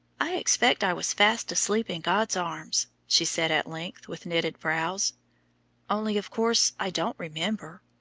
i expect i was fast asleep in god's arms, she said at length, with knitted brows only, of course, i don't remember,